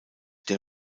der